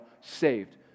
saved